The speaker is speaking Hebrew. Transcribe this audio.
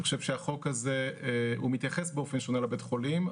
אני חושב שהחוק הזה מתייחס באופן שונה לבית החולים,